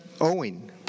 owing